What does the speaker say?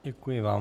Děkuji vám.